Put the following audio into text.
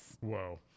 Whoa